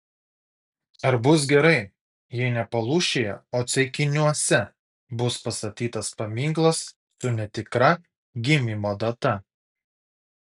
ar bus gerai jei ne palūšėje o ceikiniuose bus pastatytas paminklas su netikra gimimo data